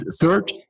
third